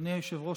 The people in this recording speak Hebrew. אדוני היושב-ראש,